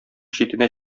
читенә